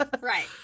right